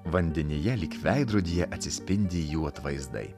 vandenyje lyg veidrodyje atsispindi jų atvaizdai